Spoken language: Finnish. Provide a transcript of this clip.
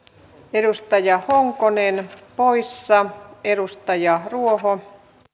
edustaja honkonen poissa edustaja ruoho